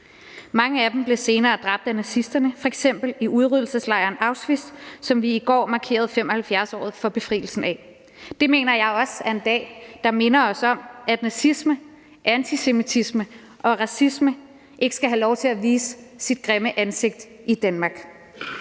Mange af dem blev senere dræbt af nazisterne, f.eks. i udryddelseslejren Auschwitz, som vi i går markerede 75-året for befrielsen af. Det mener jeg også er en dag, der minder os om, at nazisme, antisemitisme og racisme ikke skal have lov til at vise deres grimme ansigter i Danmark.